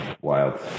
Wild